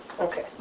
Okay